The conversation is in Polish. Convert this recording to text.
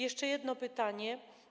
Jeszcze jedno pytanie.